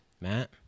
Matt